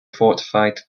fortified